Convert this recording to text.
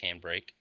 handbrake